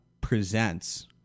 presents